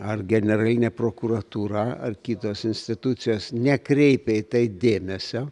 ar generalinė prokuratūra ar kitos institucijos nekreipia į tai dėmesio